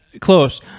Close